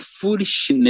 foolishness